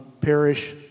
parish